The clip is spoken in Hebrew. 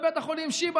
בבית החולים שיבא,